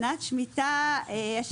בשנת שמיטה יש